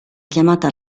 chiamata